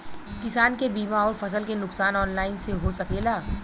किसान के बीमा अउर फसल के नुकसान ऑनलाइन से हो सकेला?